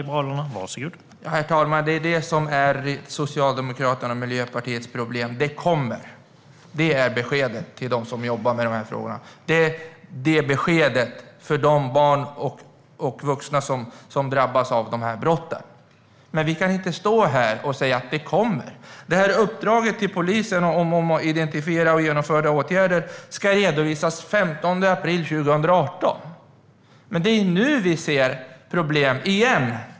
Herr talman! Det är detta som är Socialdemokraternas och Miljöpartiets problem: "Det kommer" är beskedet till dem som jobbar med dessa frågor och till de barn och vuxna som drabbas av dessa brott. Men vi kan inte stå här och säga att "det kommer". Uppdraget till polisen att identifiera och genomföra åtgärder ska redovisas den 15 april 2018, men det är nu vi ser problem - igen.